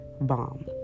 bomb